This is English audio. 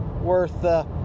worth